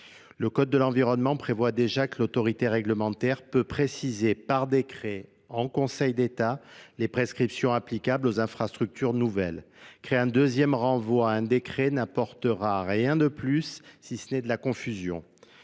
le code de l'environnement prévoit déjà que l'autorité réglementaire peut par décret en conseil d'état les prescriptions applicables aux infrastructures nouvelles créer un deuxième renvoi à un décret n'apportera rien de pluss si ce n'est de la confusion